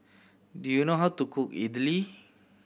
do you know how to cook Idili